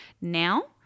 now –